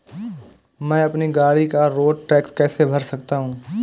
मैं अपनी गाड़ी का रोड टैक्स कैसे भर सकता हूँ?